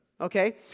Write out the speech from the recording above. okay